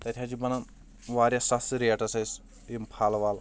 تَتہِ حض چھُ بَنان واریاہ سَستہٕ ریٹَس اسہِ یِم پَھل وَل